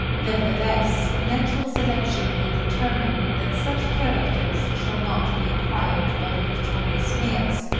nevertheless, natural selection will determine that such characters shall not be acquired by the victorious males,